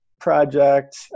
project